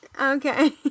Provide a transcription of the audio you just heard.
Okay